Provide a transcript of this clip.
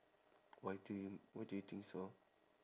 why do you why do you think so